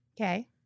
Okay